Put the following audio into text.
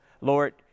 Lord